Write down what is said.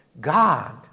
God